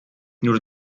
nur